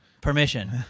permission